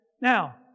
Now